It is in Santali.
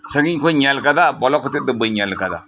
ᱥᱟᱸᱜᱤᱧ ᱠᱷᱚᱱ ᱤᱧ ᱧᱮᱞ ᱟᱠᱟᱫᱟ ᱵᱚᱞᱚ ᱠᱟᱛᱮᱫ ᱫᱚ ᱵᱟᱹᱧ ᱧᱮᱞ ᱟᱠᱟᱫᱟ